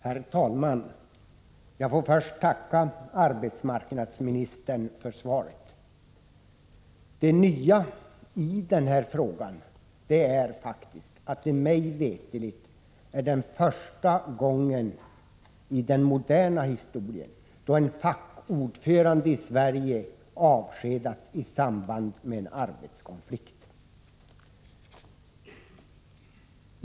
Herr talman! Jag får först tacka arbetsmarknadsministern för svaret. Det nya i den här frågan är att det mig veterligt faktiskt är första gången i den moderna historien som en fackordförande i Sverige avskedats i samband med en arbetskonflikt.